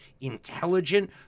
intelligent